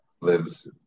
lives